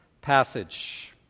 passage